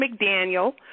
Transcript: McDaniel